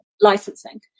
licensing